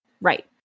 Right